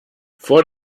vor